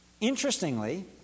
interestingly